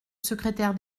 secrétaire